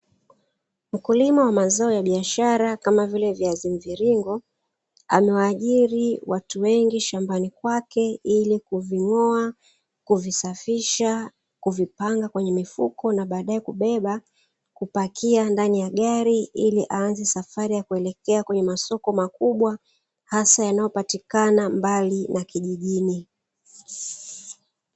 Mkulima wa mazao ya biashara kama vile viazi mviringo amewaajiri watu wengi shambani kwake ili kuving'oa, kuvisafisha, kuvipanga kwenye mifuko na baadaye kubeba kupakia ndani ya gari ili aanze safari ya kuelekea kwenye masoko makubwa hasa yanayopatikana mbali na kijijini.